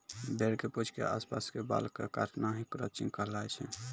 भेड़ के पूंछ के आस पास के बाल कॅ काटना हीं क्रचिंग कहलाय छै